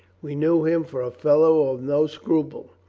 we knew him for a fellow of no scruple.